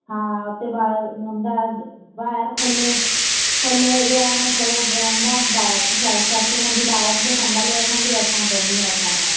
हा उते ॿा हूंदा ॿाहिरि खुले खुले एरिया में थोरो वेहंदा ससु मुंहिंजी ॿारनि खे संभाले वठंदी असां घुमी वठंदा